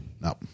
No